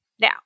now